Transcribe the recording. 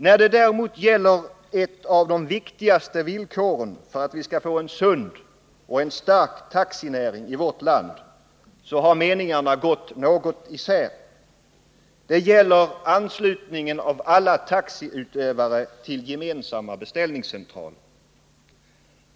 När det däremot gäller ett av de viktigaste villkoren för att vi skall få en sund och stark taxinäring i vårt land har meningarna gått något isär. Det gäller anslutningen av alla taxitrafiksutövare till gemensamma beställningscentraler.